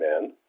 men